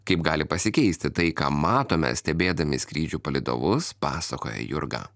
kaip gali pasikeisti tai ką matome stebėdami skrydžių palydovus pasakoja jurga